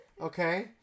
Okay